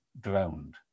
drowned